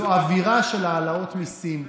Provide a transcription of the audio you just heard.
זו אווירה של העלאות מיסים,